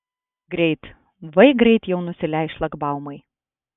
greit vai greit jau nusileis šlagbaumai